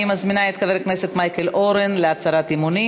אני מזמינה את חבר הכנסת מייקל אורן להצהרת אמונים.